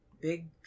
big